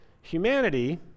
humanity